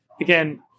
again